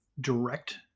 direct